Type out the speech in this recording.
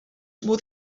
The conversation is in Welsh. modd